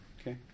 okay